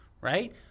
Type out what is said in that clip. right